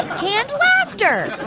canned laughter